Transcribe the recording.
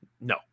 no